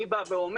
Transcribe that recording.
אני בא ואומר,